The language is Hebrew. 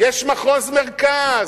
יש מחוז מרכז.